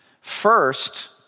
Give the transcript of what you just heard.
First